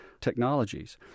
technologies